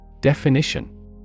Definition